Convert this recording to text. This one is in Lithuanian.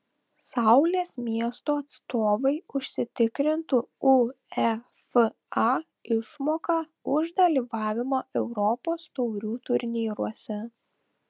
saulės miesto atstovai užsitikrintų uefa išmoką už dalyvavimą europos taurių turnyruose